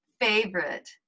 favorite